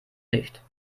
nicht